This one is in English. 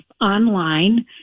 online